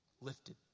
lifted